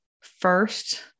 first